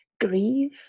grieve